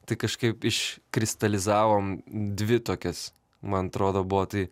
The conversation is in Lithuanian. tai kažkaip iš kristalizavom dvi tokias man atrodo buvo tai